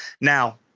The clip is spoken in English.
Now